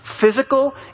physical